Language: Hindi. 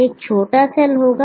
यह एक छोटा सेल होगा